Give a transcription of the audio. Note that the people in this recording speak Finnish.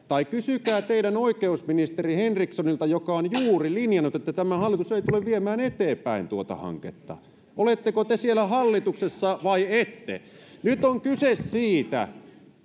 tai kysykää teidän oikeusministeri henrikssonilta joka on juuri linjannut että tämä hallitus ei tule viemään eteenpäin tuota hanketta oletteko te siellä hallituksessa vai ette nyt on kyse siitä